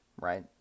right